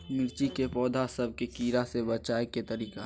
मिर्ची के पौधा सब के कीड़ा से बचाय के तरीका?